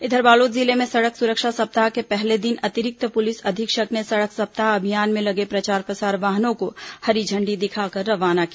इधर बालोद जिले में सड़क सुरक्षा सप्ताह के पहले दिन अतिरिक्त पुलिस अधीक्षक ने सड़क सप्ताह अभियान में लगे प्रचार प्रसार वाहनों को हरी झण्डी दिखाकर रवाना किया